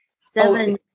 seven